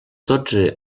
dotze